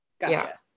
Gotcha